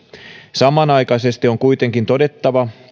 samanaikaisesti on kuitenkin todettava